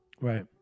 Right